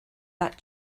that